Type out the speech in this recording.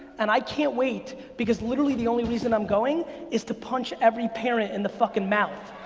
and i can't wait, because literally the only reason i'm going is to punch every parent in the fucking mouth.